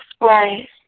Right